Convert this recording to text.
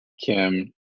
Kim